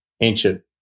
ancient